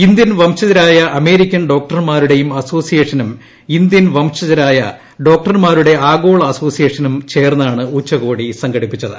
Indian വംശജരാ്യ American ഡോക്ടർമാരുടെ അസോസിയേഷനും ഇന്ത്യൻ പ്രംശജരായ ഡോക്ടർമാരുടെ ആഗോള അസോസിയേഷനും ചേർന്നാണ് ഉച്ചകോടി സംഘടിപ്പിച്ചത്